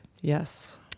Yes